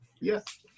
Yes